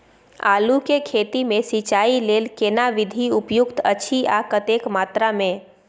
आलू के खेती मे सिंचाई लेल केना विधी उपयुक्त अछि आ कतेक मात्रा मे?